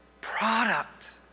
product